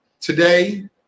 today